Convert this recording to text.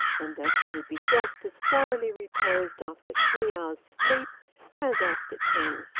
and that he would be just as thoroughly reposed after three hours sleep as after ten.